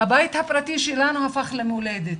הבית הפרטי שלנו הפך למולדת